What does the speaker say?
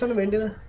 um am into